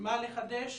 מה לחדש